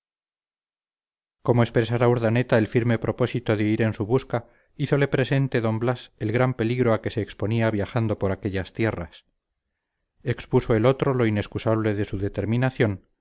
como expresara urdaneta el firme propósito de ir en su busca hízole presente don blas el gran peligro a que se exponía viajando por aquellas tierras expuso el otro lo inexcusable de su determinación